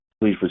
Please